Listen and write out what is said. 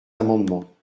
amendements